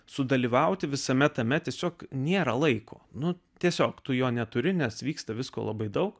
sudalyvauti visame tame tiesiog nėra laiko nu tiesiog tu jo neturi nes vyksta visko labai daug